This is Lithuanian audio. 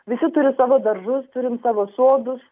visi turi savo daržus turim savo sodus